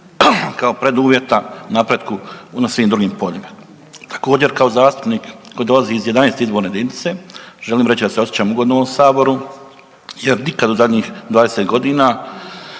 kao preduvjeta napretku na svim drugim poljima. Također kao zastupnik koji dolazi iz 11. izborne jedinice želim reći da se osjećam ugodno u ovom saboru jer nikad u zadnjih 20.g.